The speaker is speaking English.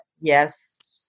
yes